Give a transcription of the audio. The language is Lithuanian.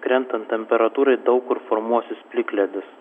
krentant temperatūrai daug kur formuosis plikledis